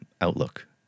outlook